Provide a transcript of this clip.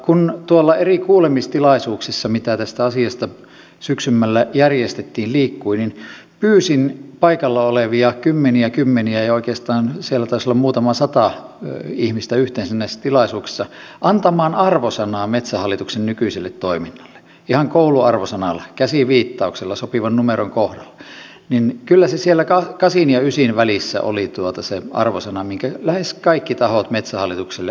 kun tuolla eri kuulemistilaisuuksissa mitä tästä asiasta syksymmällä järjestettiin liikuin niin pyysin paikalla olevia kymmeniä ja kymmeniä ihmisiä oikeastaan siellä taisi olla muutama sata ihmistä yhteensä näissä tilaisuuksissa antamaan arvosanan metsähallituksen nykyiselle toiminnalle ihan kouluarvosanalla käsiviittauksella sopivan numeron kohdalla ja kyllä siellä kasin ja ysin välissä oli se arvosana minkä lähes kaikki tahot metsähallitukselle antoivat